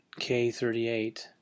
K38